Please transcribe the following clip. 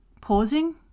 pausing